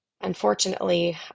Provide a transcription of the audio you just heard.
unfortunately